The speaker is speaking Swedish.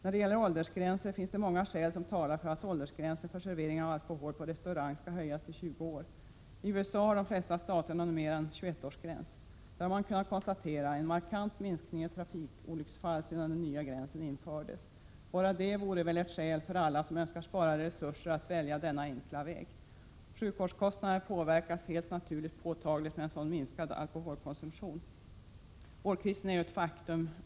När det gäller åldersgränser finns det många skäl som talar för att åldersgränsen för servering av alkohol på restaurang skall höjas till 20 år. I USA har de flesta staterna numera en 21-årsgräns. Där har man kunnat konstatera en markant minskning av trafikolycksfallen sedan den nya gränsen infördes. Bara det vore väl ett skäl för alla som önskar spara resurser att välja denna enkla väg. Sjukvårdskostnaderna påverkas helt naturligt påtagligt med en sådan minskad alkoholkonsumtion. Vårdkrisen är ett faktum.